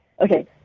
Okay